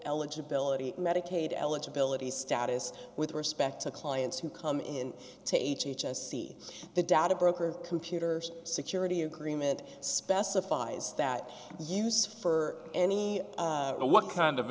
eligibility medicaid eligibility status with respect to clients who come in to h h s see the data broker computer security agreement specifies that use for any and what kind of